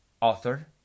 author